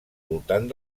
voltant